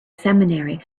seminary